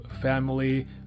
family